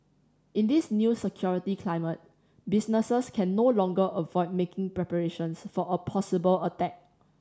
in this new security climate businesses can no longer avoid making preparations for a possible attack